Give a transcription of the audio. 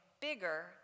bigger